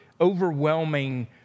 overwhelming